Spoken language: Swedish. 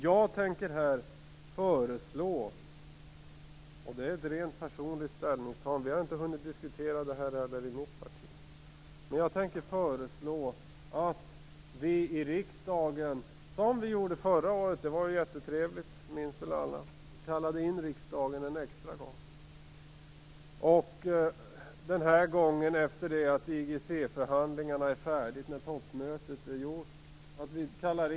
Jag tänker här föreslå - och det är ett rent personligt ställningstagande, vi har ännu inte diskuterat detta i vårt parti - att vi i riksdagen gör som vi gjorde förra året. Det var ju som alla minns jättetrevligt. Riksdagen kallades in till ett extra sammanträde. Den här gången bör riksdagen sammankallas en extra dag efter det att IGC-förhandlingarna är slutförda och när toppmötet är över.